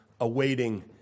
awaiting